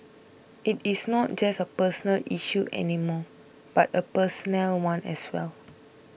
it is not just a personal issue any more but a personnel one as well